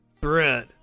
threat